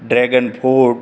dragon fruit